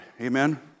Amen